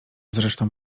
zresztą